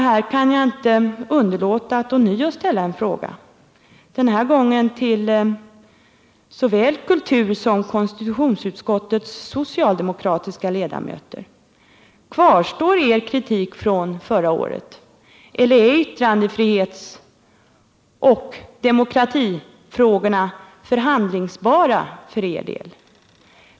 Här kan jag inte underlåta att ånyo ställa en fråga, denna gång till såväl kulturutskottets som konstitutionsutskottets socialdemokratiska ledamöter: Kvarstår er kritik från förra året, eller är yttrandefrihetsoch demokratifrågorna förhandlingsbara för er del?